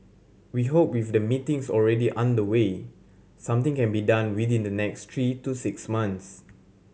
we hope with the meetings already underway something can be done within the next three to six months